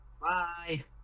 Bye